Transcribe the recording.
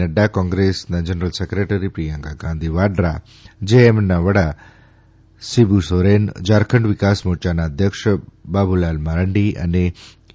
Nadda Congress general secretary Priyanka Gandhi Vadra જેએમએમના વડા શિબુ સોરેન ઝારખંડ વિકાસ મોર્ચાના અધ્યક્ષ બાબુલાલ મારંડી અને એ